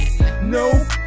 No